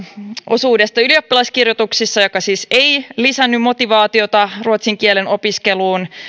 osuudesta ylioppilaskirjoituksissa joka siis ei lisännyt motivaatiota ruotsin kielen opiskeluun